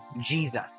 jesus